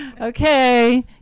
Okay